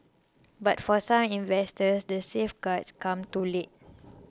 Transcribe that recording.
but for some investors the safeguards come too late